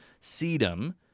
sedum